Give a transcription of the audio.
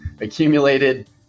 accumulated